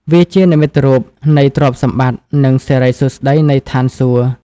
វាជានិមិត្តរូបនៃទ្រព្យសម្បត្តិ និងសិរីសួស្តីនៃឋានសួគ៌។